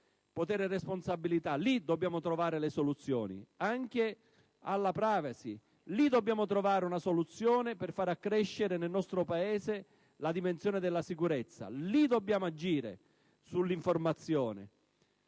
Potere e responsabilità: lì dobbiamo trovare le soluzioni, anche alla *privacy*; lì dobbiamo trovare una soluzione per far accrescere nel nostro Paese la dimensione della sicurezza; lì dobbiamo agire sull'informazione.